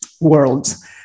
worlds